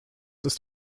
ist